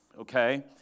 okay